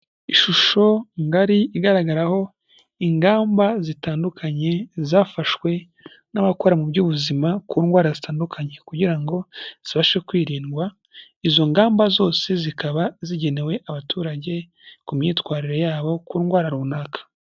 Ishusho ngari igaragaraho ingamba zitandukanye zafashwe n'abakora mu by'ubuzima ku ndwara zitandukanye kugira ngo zibashe kwirindwa, izo ngamba zose zikaba zigenewe abaturage ku myitwarire yabo ku ndwara runaka.